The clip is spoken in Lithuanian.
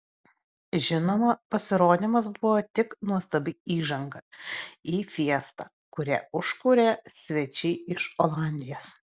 žinoma pasirodymas buvo tik nuostabi įžanga į fiestą kurią užkūrė svečiai iš olandijos